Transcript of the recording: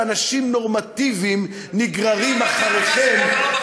שאנשים נורמטיביים נגררים אחריכם,